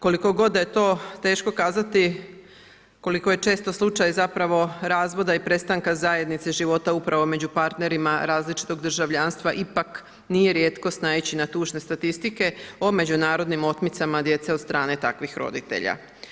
Koliko god da je to teško kazati, koliko je često slučaj zapravo razvoda i prestanka zajednice života upravo među partnerima različitog državljanstva ipak nije rijetkost naići na tužne statistike o međunarodnim otmicama djece od strane takvih roditelja.